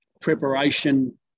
preparation